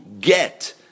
get